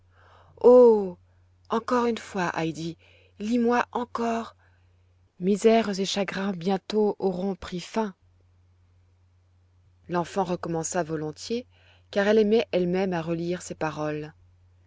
oh encore une fois heidi lis-moi encore misères et chagrin bientôt auront pris fin l'enfant recommença volontiers car elle aimait elle-même à relire ces paroles